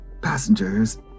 Passengers